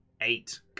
Eight